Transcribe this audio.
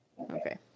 Okay